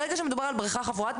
ברגע שמדובר על בריכה חפורה,